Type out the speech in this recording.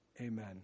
Amen